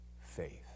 faith